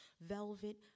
velvet